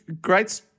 great